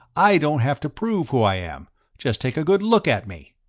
i don't have to prove who i am just take a good look at me!